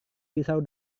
pisau